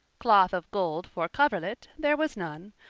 cloth of gold for coverlet there was none,